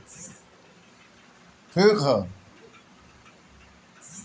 पूरा देस में एकर दो हज़ार चार सौ इक्कीस शाखा बाटे